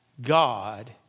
God